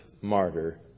martyr